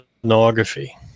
pornography